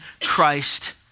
Christ